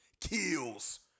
kills